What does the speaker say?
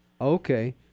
Okay